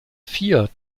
vier